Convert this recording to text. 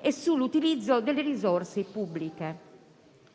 e sull'utilizzo delle risorse pubbliche.